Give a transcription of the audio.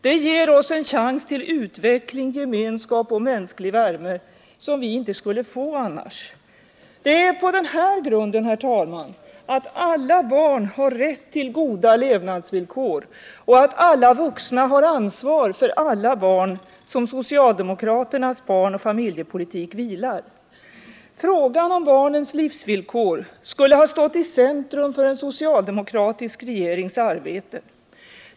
Det ger oss en chans till utveckling, gemenskap och mänsklig värme som vi inte skulle kunna få annars. Det är på denna grund, ”att alla barn har rätt till goda levnadsvillkor” och ”att alla vuxna har ansvar för alla barn”, som socialdemokraternas barnoch familjepolitik vilar. Frågan om barnens livsvillkor skulle ha stått i centrum för en socialdemokratisk regerings arbete.